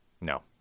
No